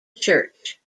church